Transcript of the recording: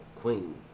Queen